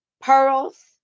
Pearls